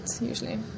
usually